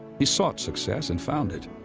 he sought success and found it.